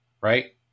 right